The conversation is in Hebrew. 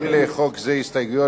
אין לחוק זה הסתייגויות,